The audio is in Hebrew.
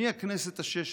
מהכנסת השש-עשרה,